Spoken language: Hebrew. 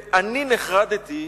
אני נחרדתי,